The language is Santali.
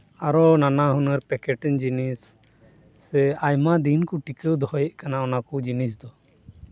ᱟᱨᱚ ᱱᱟᱱᱟ ᱦᱩᱱᱟᱹᱨ ᱯᱮᱠᱮᱴᱤᱝ ᱡᱤᱱᱤᱥ ᱥᱮ ᱟᱭᱢᱟ ᱫᱤᱱ ᱠᱚ ᱴᱤᱠᱟᱹᱣ ᱫᱚᱦᱚᱭᱮᱜ ᱠᱟᱱᱟ ᱚᱱᱟ ᱠᱚ ᱡᱤᱱᱤᱥ ᱫᱚ